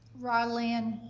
raw land,